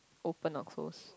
open or close